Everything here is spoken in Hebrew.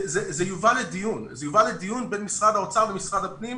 זה יובא לדיון בין משרד האוצר למשרד הפנים,